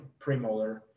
premolar